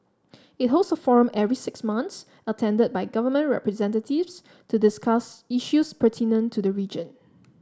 it holds a forum every six months attended by government representatives to discuss issues pertinent to the region